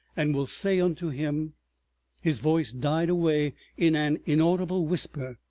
and will say unto him his voice died away in an inaudible whisper.